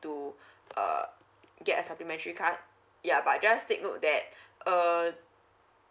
to err get a supplementary card ya but you just take note that uh